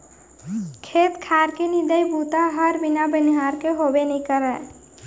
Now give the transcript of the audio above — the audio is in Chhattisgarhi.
खेत खार के निंदई बूता हर बिना बनिहार के होबे नइ करय